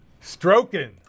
Stroking